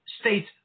states